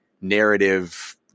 narrative